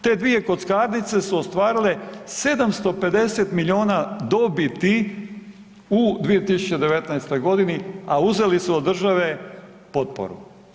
Te dvije kockarnice su ostvarile 750 miliona dobiti u 2019. godini, a uzeli su od države potporu.